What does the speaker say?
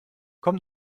komm